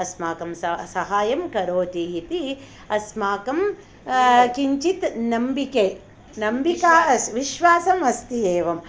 अस्माकं साहाय्यं करोति इति अस्माकं किञ्चित् नम्बिके नम्बिका विश्वासः अस्ति एवं